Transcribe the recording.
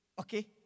okay